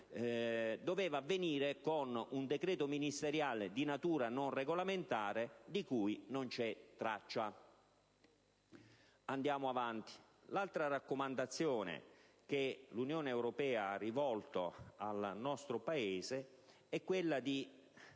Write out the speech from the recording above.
doveva avvenire con un decreto ministeriale di natura non regolamentare, di cui non c'è traccia. L'altra raccomandazione che l'Unione europea ha rivolto al nostro Paese invita ad